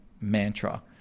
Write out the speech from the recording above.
mantra